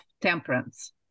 temperance